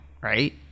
right